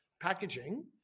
packaging